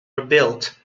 rebuilt